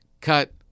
cut